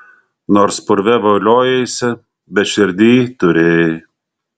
nors purve voliojaisi bet širdyj turėjai